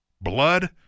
Blood